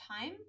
time